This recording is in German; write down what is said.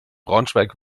braunschweig